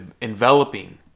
enveloping